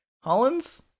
Hollins